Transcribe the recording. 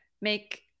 make